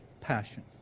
passion